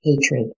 hatred